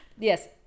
yes